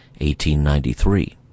1893